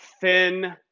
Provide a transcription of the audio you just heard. thin